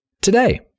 today